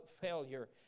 failure